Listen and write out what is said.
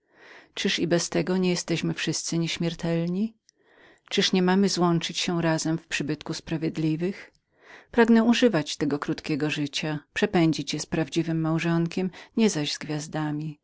i bez tego nie jesteśmy wszyscy nieśmiertelnymi czyliż nie mamy złączyć się razem w przybytku sprawiedliwych pragnę używać tego krótkiego życia przepędzić go z prawdziwym małżonkiem nie zaś z gwiazdami